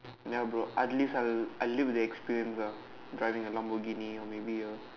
ya bro at least I'll live with the experience ah driving a Lamborghini or maybe a